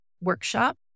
workshop